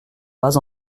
pas